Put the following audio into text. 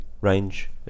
range